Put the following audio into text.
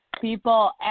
people